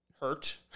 hurt